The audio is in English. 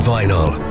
Vinyl